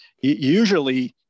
usually